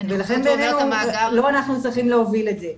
לא אנחנו צריכים להוביל את זה,